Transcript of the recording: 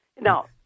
Now